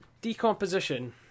Decomposition